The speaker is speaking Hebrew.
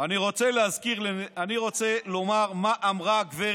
אני רוצה לומר מה אמרה הגב'